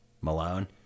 Malone